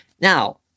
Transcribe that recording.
Now